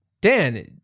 Dan